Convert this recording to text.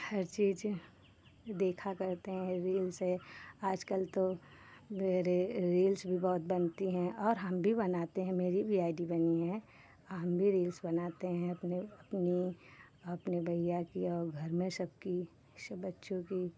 हर चीज़ देखा करते हैं रील्स है आजकल तो री रील्स भी बहुत बनती हैं और हम भी बनाते हैं मेरी भी आई डी बनी है और हम भी रील्स बनाते हैं अपनी अपने भैया की और घर में सबकी सब बच्चों की